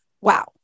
Wow